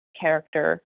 character